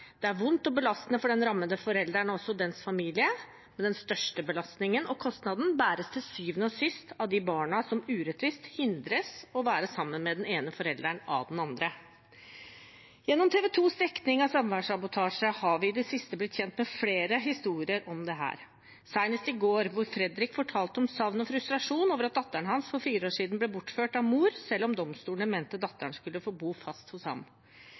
Det er vondt og belastende for den rammede forelderen og også dens familie, men den største belastningen og kostnaden bæres til syvende og sist av de barna som urettvist hindres i å være sammen med den ene forelderen av den andre. Gjennom TV 2’s dekning av samværssabotasje har vi i det siste blitt kjent med flere historier om dette, senest i går, hvor Fredrik fortalte om savn og frustrasjon over at datteren hans for fire år siden ble bortført av mor, selv om domstolene mente at datteren skulle få bo fast hos ham.